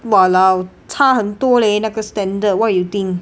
!walao! 差很多 leh 那个 standard what you think